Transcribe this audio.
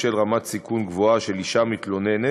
בשל רמת סיכון גבוהה של אישה מתלוננת,